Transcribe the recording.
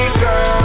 girl